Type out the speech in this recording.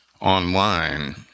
online